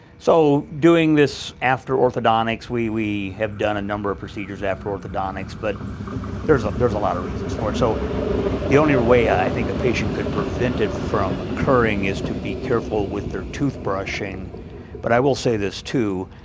so doing this after orthodontics, we we have done a number of procedures after orthodontics, but there is there is a lot of reasons for it, so the only way i think a patient could prevent it from occurring to to be careful with their toothbrushing but i will say this, too,